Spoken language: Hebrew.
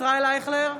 ישראל אייכלר,